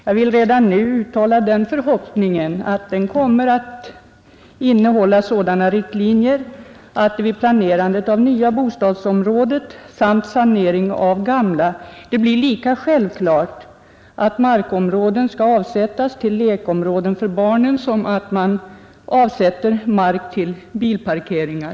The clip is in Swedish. Jag vill redan nu uttala den förhoppningen att den kommer att innehålla sådana riktlinjer att det vid planerandet av nya bostadsområden samt sanering av gamla blir lika självklart att markområden skall avsättas till lekområden för barnen som att man avsätter mark till bilparkeringar.